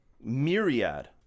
myriad